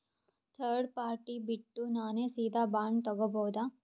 Third party ಬಿಟ್ಟು ನಾನೇ ಸೀದಾ ಬಾಂಡ್ ತೋಗೊಭೌದಾ?